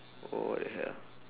what the hell